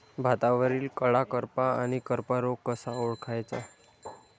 भातावरील कडा करपा आणि करपा रोग कसा ओळखायचा?